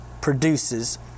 produces